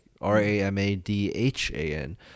R-A-M-A-D-H-A-N